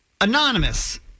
Anonymous